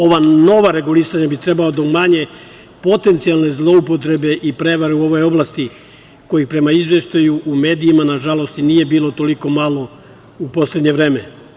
Ova nova regulisanja bi trebala da umanje potencijalne zloupotrebe i prevare u ovoj oblasti, kojih prema izveštaju u medijima, nažalost, nije bilo toliko malo u poslednje vreme.